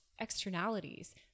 externalities